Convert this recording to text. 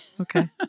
Okay